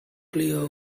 clear